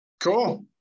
Cool